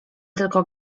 tylko